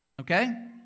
Okay